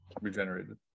regenerated